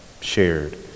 shared